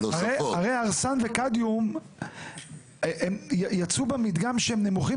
הרי ארסן וקדמיום הם יצאו במדגם שהם נמוכים